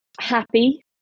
happy